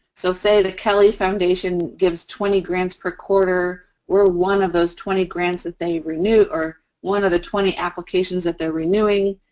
so, say the kelly foundation gives twenty grants per quarter. we're one of those twenty grants that they renew, or one of the twenty applications that they're renewing,